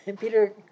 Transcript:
Peter